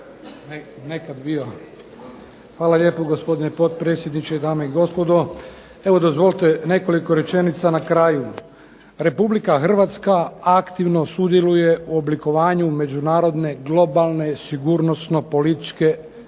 (HDSSB)** Hvala lijepo gospodine potpredsjedniče. Dame i gospodo. Evo dozvolite nekoliko rečenica na kraju. Republika Hrvatska aktivno sudjeluje u oblikovanju međunarodne globalne sigurnosno-političke scene.